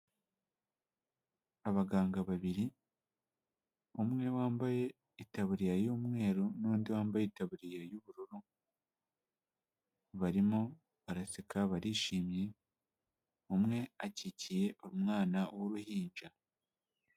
Abaganga babiri umwe wambaye itaburiya y'umweru n'undi wambaye itaburiya y'ubururu barimo baraseka barishimye umwe akikiye umwana w'uruhinja.